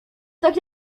tak